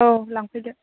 औ लांफैदो